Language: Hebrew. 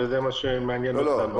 וזה מה שמעניין אותנו.